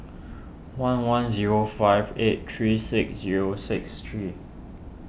one one zero five eight three six zero six three